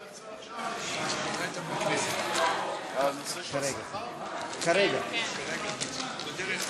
אני אנצל את ההזדמנות כדי להודיע הודעה.